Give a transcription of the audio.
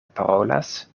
parolas